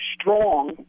strong